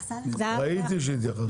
ראיתי שהתייחסת.